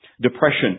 Depression